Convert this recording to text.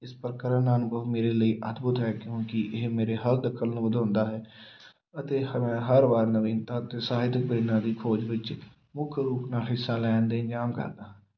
ਇਸ ਪ੍ਰਕਾਰ ਨਾਲ ਅਨੁਭਵ ਮੇਰੇ ਲਈ ਅਦਭੁਤ ਹੈ ਕਿਉਂਕਿ ਇਹ ਮੇਰੇ ਹਰ ਦਖਲ ਨੂੰ ਵਧਾਉਂਦਾ ਹੈ ਅਤੇ ਹਰ ਵਾਰ ਨਵੀਨਤਾ ਅਤੇ ਸਾਹਿਤ ਪ੍ਰੇਰਨਾ ਦੀ ਖੋਜ ਵਿੱਚ ਮੁੱਖ ਰੂਪ ਨਾਲ ਹਿੱਸਾ ਲੈਣ ਦੇ ਇੰਤਜ਼ਾਮ ਕਰਦਾ ਹਾਂ